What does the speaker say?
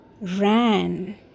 ran